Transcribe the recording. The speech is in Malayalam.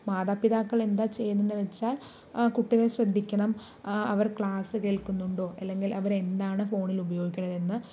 മാതാപിതാക്കൾ എന്താ ചെയ്യേണ്ടതെന്ന് വെച്ചാൽ കുട്ടികളെ ശ്രദ്ധിക്കണം അവർ ക്ലാസ് കേൾക്കുന്നുണ്ടോ അല്ലെങ്കിൽ അവർ എന്താണ് ഫോണിൽ ഉപയോഗിക്കുന്നത് എന്ന്